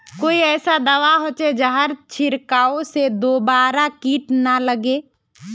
कोई ऐसा दवा होचे जहार छीरकाओ से दोबारा किट ना लगे?